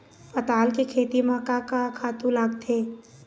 पताल के खेती म का का खातू लागथे?